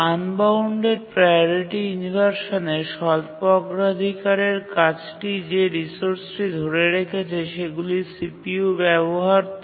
unbounded priority ইনভারসানের ক্ষেত্রে স্বল্প অগ্রাধিকারের কাজটি CPU রিসোর্স ব্যবহার করে